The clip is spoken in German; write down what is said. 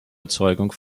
erzeugung